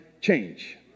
change